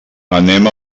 anem